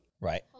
Right